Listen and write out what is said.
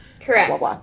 Correct